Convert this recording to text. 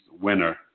winner